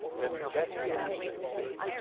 then that's innocency.